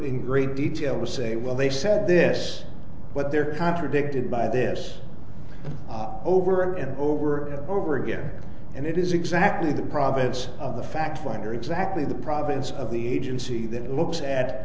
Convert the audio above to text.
in great detail to say well they said this but there contradicted by this over and over and over again and it is exactly the province of the fact finder exactly the province of the agency that looks at